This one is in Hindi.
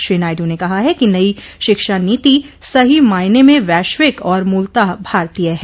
श्री नायडु ने कहा है कि नयी शिक्षा नीति सही मायने में वैश्विक और मूलतः भारतीय है